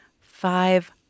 five